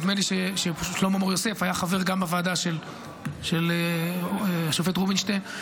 נדמה לי ששלמה מור-יוסף היה חבר גם בוועדה של השופט רובינשטיין.